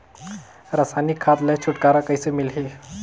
रसायनिक खाद ले छुटकारा कइसे मिलही?